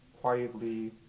quietly